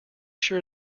sure